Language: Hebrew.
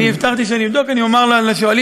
אני הבטחתי שאני אבדוק, אני אומר לשואלים.